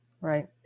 Right